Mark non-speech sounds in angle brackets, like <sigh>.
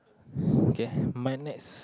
<breath> okay my next